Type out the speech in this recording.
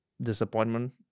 disappointment